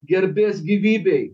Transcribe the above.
garbės gyvybei